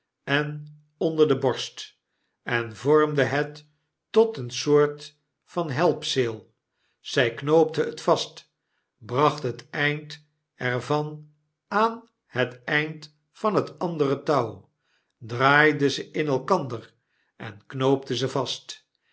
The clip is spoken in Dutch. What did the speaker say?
en onder de borst en vormde het tot een soort van helpzeel zij knoopte het vast bracht het eind er van aan het eind van het andere touw draaide ze in elkander en knoopte ze vast